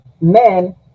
men